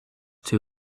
too